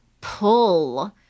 pull